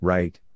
Right